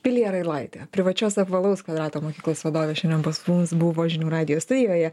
vilija railaitė privačios apvalaus kvadrato mokyklos vadovė šiandien pas mus buvo žinių radijo studijoje